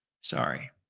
Sorry